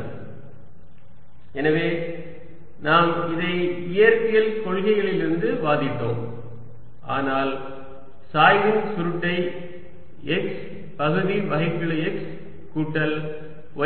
E0 implies E V V0 எனவே நாம் இதை இயற்பியல் கொள்கைகளிலிருந்து வாதிட்டோம் ஆனால் சாய்வின் சுருட்டை x பகுதி வகைக்கெழு x கூட்டல்